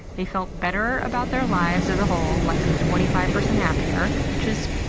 they felt better about their lives as a whole, like twenty five percent happier, which is,